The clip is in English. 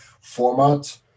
format